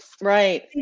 right